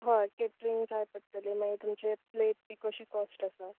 होय केट्रिंग जाय पडटलें मागीर तुमचे प्लेट बी कशी काॅस्ट आसा